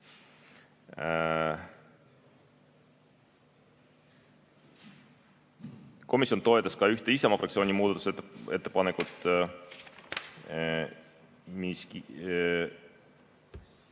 Komisjon toetas ka ühte Isamaa fraktsiooni muudatusettepanekut, mis